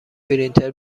پرینتر